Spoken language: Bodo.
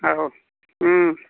औ